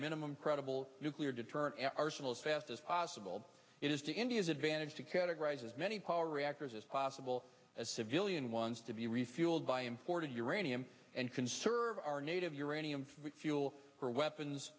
minimum credible nuclear deterrent arsenal as fast as possible it is to india's advantage to categorize as many power reactors as possible as civilian ones to be refueled by imported uranium and conserve our native uranium fuel for weapons